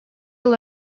yıl